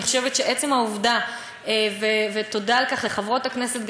אני חושבת שעצם העובדה ותודה על כך לחברות הכנסת,